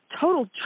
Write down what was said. total